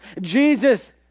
Jesus